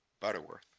Butterworth